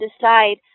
decide